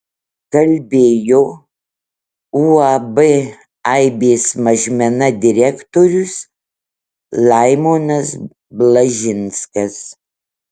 kalbėjo uab aibės mažmena direktorius laimonas blažinskas